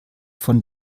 von